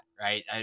right